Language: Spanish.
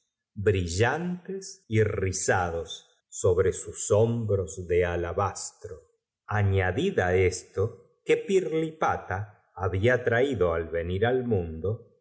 brillantes y rizados sobre sus hombros de alabastro añadid á esto que pirlipata babia traido al venir al mundo